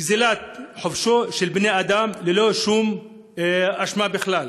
גזלת החופש של בני-אדם ללא שום אשמה בכלל.